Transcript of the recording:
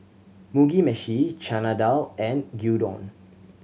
Mugi Meshi Chana Dal and Gyudon